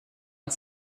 und